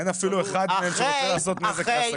אין אפילו אחד שרוצה לעשות נזק לעסקים.